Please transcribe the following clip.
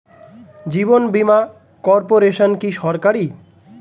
জীবন বীমা কর্পোরেশন কি সরকারি?